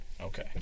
Okay